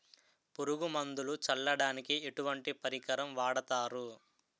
పురుగు మందులు చల్లడానికి ఎటువంటి పరికరం వాడతారు?